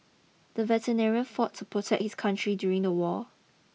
the veteran fought to protect his country during the war